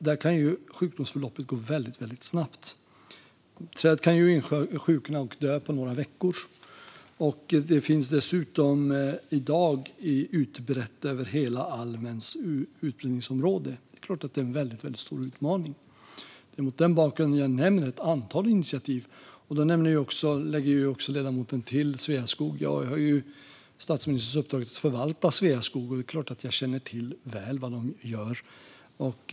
Där kan sjukdomsförloppet gå väldigt snabbt: Träd kan insjukna och dö på några veckor. Det finns dessutom i dag över almens hela utbredningsområde. Det är såklart en väldigt stor utmaning. Det är mot den bakgrunden jag nämner ett antal initiativ. Ledamoten lägger också till Sveaskog. Jag har statsministerns uppdrag att förvalta Sveaskog, och det är klart att jag känner väl till vad de gör.